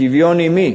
שוויון עם מי?